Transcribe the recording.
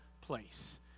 place